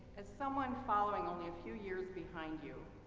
as someone following only a few years behind you,